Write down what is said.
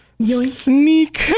sneak